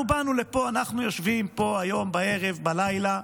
אנחנו באנו לפה, אנחנו יושבים פה הערב, הלילה,